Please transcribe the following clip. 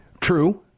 True